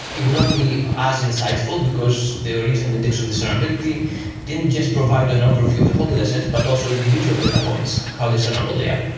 will not be as insightful, because the original index of discernibility didn't just provide an overview of the hole dataset, but also individual data points, how discernable they are.